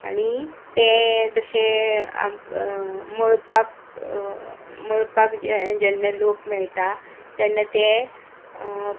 आनी ते जशें आमकां मळपाक मळपाक जेन्ना लोक मेळटा तेन्ना ते